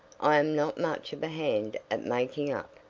i am not much of a hand at making up,